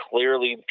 Clearly